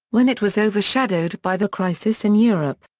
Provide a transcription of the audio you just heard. when it was overshadowed by the crisis in europe.